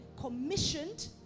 commissioned